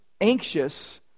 anxious